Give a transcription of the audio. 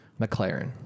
McLaren